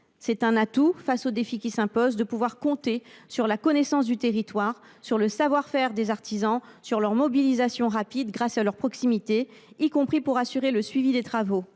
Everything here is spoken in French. Pour faire face aux défis qui s’annoncent, pouvoir compter sur la connaissance du territoire, sur le savoir faire des artisans et sur leur mobilisation rapide grâce à leur proximité, y compris pour assurer le suivi des travaux,